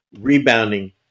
rebounding